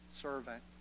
servant